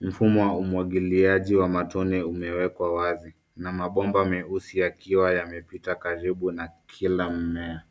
Mfumo wa umwagiliaji wa matone umewekwa wazi na mabomba meusi yakiwa yamepita karibu na kila mmea.